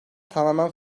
tamamen